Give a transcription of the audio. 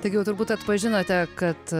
taigi jau turbūt atpažinote kad